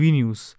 news